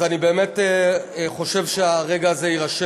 אז אני באמת חושב שהרגע הזה יירשם.